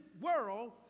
world